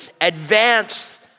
advance